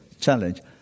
challenge